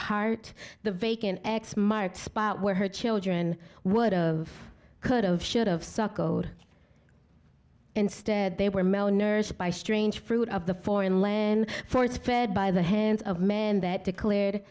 heart the vacant x marked spot where her children would've could've should've sucked gold instead they were malnourished by strange fruit of the foreign land force fed by the hand of man that declared